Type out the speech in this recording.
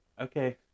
Okay